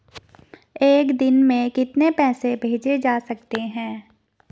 एक दिन में कितने पैसे भेजे जा सकते हैं?